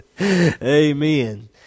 amen